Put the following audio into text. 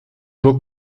book